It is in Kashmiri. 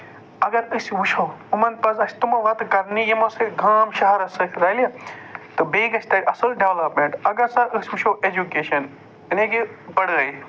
اَگر أسۍ وُچھو یِمَن پَزِ اَسہِ تِمہٕ وَتہٕ کَرنہِ یِمَو سۭتۍ گام شہرَس سۭتۍ رَلہِ تہٕ بیٚیہِ گژھِ تَتہِ اَصٕل ڈیولَپمٮ۪نٛٹ اَگر ہسا أسۍ وُچھو ایجُوکیشَن یعنے کہِ پڑٲے